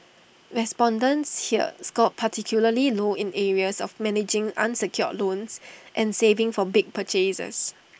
respondents here scored particularly low in areas of managing unsecured loans and saving for big purchases